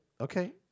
okay